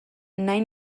nahi